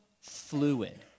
fluid